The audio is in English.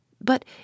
But